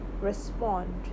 respond